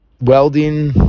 welding